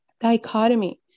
dichotomy